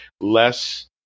Less